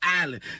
island